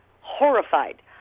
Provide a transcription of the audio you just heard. horrified